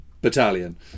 Battalion